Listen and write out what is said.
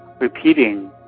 repeating